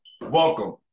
welcome